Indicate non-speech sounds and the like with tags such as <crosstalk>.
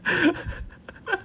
<laughs>